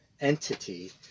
entity